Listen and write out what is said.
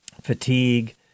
fatigue